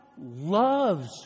loves